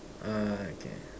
uh okay